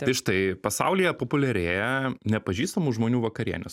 tai štai pasaulyje populiarėja nepažįstamų žmonių vakarienės